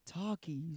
Talkies